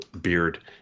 beard